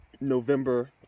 november